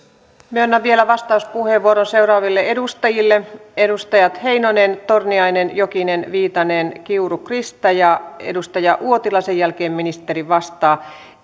myönnän vielä vastauspuheenvuoron seuraaville edustajille edustajat heinonen torniainen jokinen viitanen kiuru krista ja edustaja uotila sen jälkeen ministeri vastaa